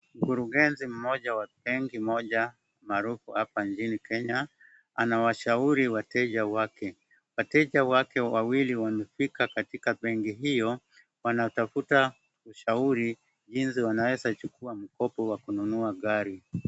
Mkurugenzi mmoja wa benki moja maarufu hapa nchini Kenya anawashauri wateja wake. Wateja wake wawili wamefika katika benki hiyo wanatafuta ushauri jinsi wanaweza kuchukua mkopo wa kununua gari.